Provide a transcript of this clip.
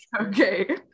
Okay